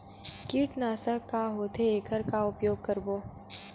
कीटनाशक का होथे एखर का उपयोग करबो?